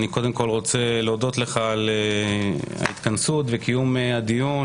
אני קודם כל רוצה להודות לך על ההתכנסות וקיום הדיון.